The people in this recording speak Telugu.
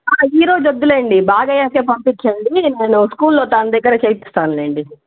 ఈ రోజు వద్దులెండి బాగు అయ్యాకే పంపించండి నేను స్కూల్లో తన దగ్గర చేయిస్తాను లేండి